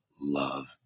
love